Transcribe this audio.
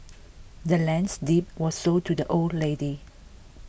the land's deed was sold to the old lady